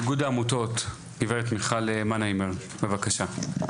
אגוד העמותות, גברת מיכל מנהיימר, בבקשה.